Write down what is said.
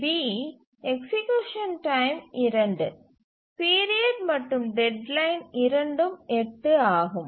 B execution time 2 period மற்றும் deadline இரண்டும் 8 ஆகும்